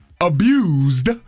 abused